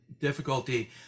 difficulty